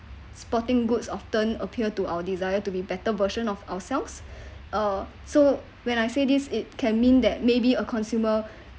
spotting goods often appear to our desire to be better version of ourselves uh so when I say this it can mean that maybe a consumer